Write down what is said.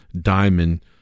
diamond